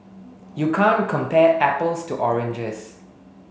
you can't compare apples to oranges